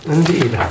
Indeed